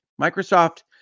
Microsoft